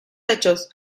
hechos